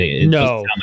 No